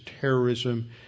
terrorism